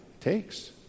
takes